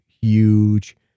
huge